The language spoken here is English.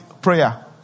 prayer